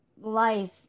life